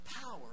power